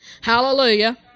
Hallelujah